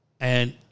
And-